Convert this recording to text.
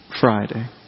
Friday